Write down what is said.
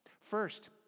First